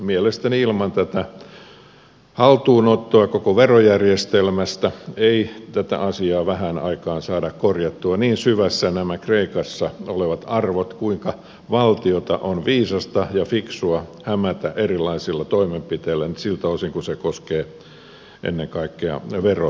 mielestäni ilman tätä haltuunottoa koko verojärjestelmästä ei tätä asiaa vähään aikaan saada korjattua niin syvässä ovat nämä kreikassa olevat arvot että valtiota on viisasta ja fiksua hämätä erilaisilla toimenpiteillä siltä osin kuin se koskee ennen kaikkea verotusta